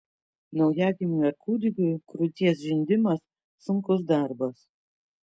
naujagimiui ar kūdikiui krūties žindimas sunkus darbas